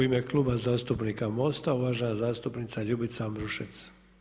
U ime Kluba zastupnika MOST-a uvažena zastupnica Ljubica Ambrušec.